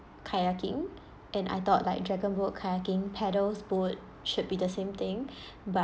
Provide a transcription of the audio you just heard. kayaking and I thought like dragon boat kayaking paddle boat should be the same thing but